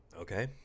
Okay